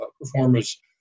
performers